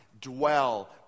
dwell